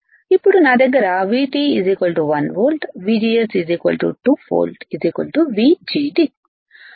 ఇప్పుడు నా దగ్గర VT 1వోల్ట్ VGS 2వోల్ట్ VGD